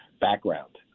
background